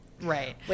Right